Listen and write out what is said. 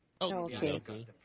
okay